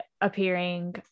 appearing